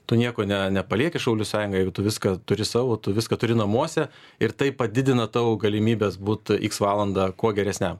tu nieko ne nepalieki šaulių sąjungai jeigu tu viską turi savo tu viską turi namuose ir tai padidina tavo galimybes būt iks valandą kuo geresniam